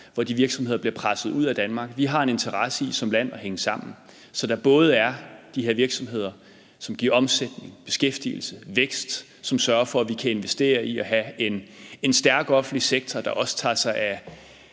hvor de bliver presset ud af Danmark. Vi har en interesse i, at vi som land hænger sammen, så der både er de her virksomheder, som giver en omsætning, beskæftigelse og vækst, og som sørger for, at vi kan investere i at have en stærk offentlig sektor, der også tager sig af